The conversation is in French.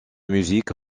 musique